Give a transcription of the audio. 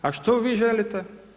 A što vi želite?